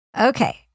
Okay